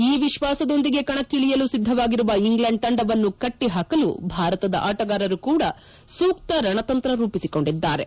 ಈ ವಿಶ್ವಾಸದೊಂದಿಗೆ ಕಣಕ್ಕಿಳಿಯಲು ಸಿದ್ದವಾಗಿರುವ ಇಂಗ್ಲೆಂಡ್ ತಂಡವನ್ನು ಕಟ್ಟಹಾಕಲು ಭಾರತದ ಆಟಗಾರರು ಕೂಡ ಸೂಕ್ತ ರಣತಂತ್ರ ರೂಪಿಸಿಕೊಂಡಿದ್ದಾರೆ